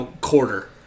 quarter